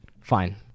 Fine